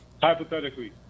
hypothetically